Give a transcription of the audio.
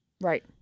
Right